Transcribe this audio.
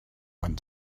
went